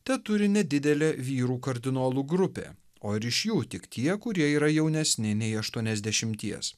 teturi nedidelė vyrų kardinolų grupė o ir iš jų tik tie kurie yra jaunesni nei aštuoniasdešimties